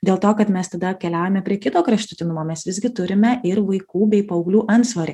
dėl to kad mes tada keliaujame prie kito kraštutinumo mes visgi turime ir vaikų bei paauglių antsvorį